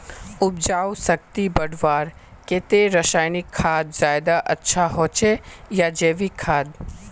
उपजाऊ शक्ति बढ़वार केते रासायनिक खाद ज्यादा अच्छा होचे या जैविक खाद?